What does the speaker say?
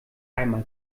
einmal